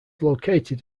located